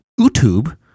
YouTube